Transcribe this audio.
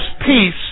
peace